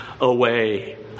away